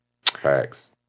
Facts